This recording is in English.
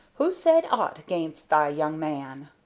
who's said aught gainst thy young man?